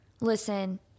listen